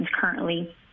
currently